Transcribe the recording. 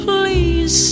Please